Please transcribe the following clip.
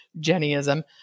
Jennyism